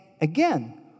again